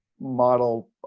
model